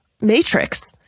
matrix